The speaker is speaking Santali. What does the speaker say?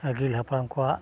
ᱟᱹᱜᱤᱞ ᱦᱟᱯᱲᱟᱢ ᱠᱚᱣᱟᱜ